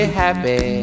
happy